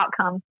outcome